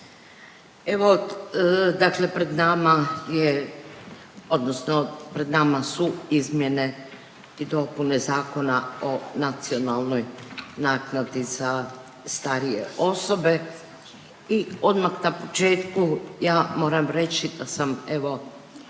odnosno pred nama su Izmjene i dopune Zakona o nacionalnoj naknadi za starije osobe i odmah na početku ja moram reći da sam evo